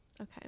okay